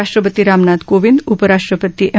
राष्ट्रपती रामनाथ कोविंद उपराष्ट्रपती एम